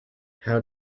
how